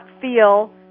feel